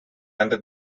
under